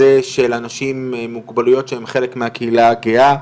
של אנשים עם מוגבלויות שהם חלק מהקהילה הגאה.